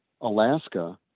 Alaska